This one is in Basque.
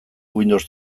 windows